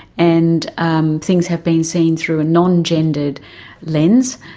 and um things have been seen through non-gendered lens,